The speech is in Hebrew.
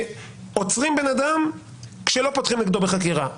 שעוצרים בן אדם כשלא פותחים נגדו בחקירה.